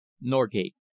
Norgate